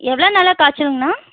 எவ்வளோ நாளாக காய்ச்சலுங்கண்ணா